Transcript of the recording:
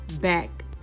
back